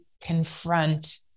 confront